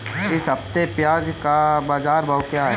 इस हफ्ते प्याज़ का बाज़ार भाव क्या है?